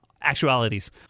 actualities